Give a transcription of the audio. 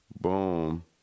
Boom